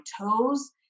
toes